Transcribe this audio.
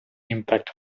impact